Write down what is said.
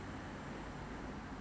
orh 可能 expire liao lah